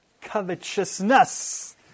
covetousness